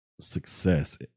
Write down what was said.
success